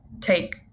take